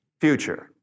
Future